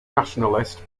nationalist